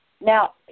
Now